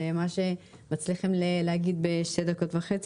שמה שמצליחים להגיד בשתי דקות וחצי,